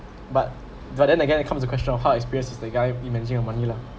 but but then again it comes the question of how experience is the guy managing your money lah